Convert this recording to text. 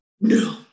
no